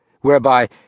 whereby